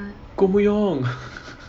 koh mun yeong